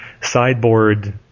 Sideboard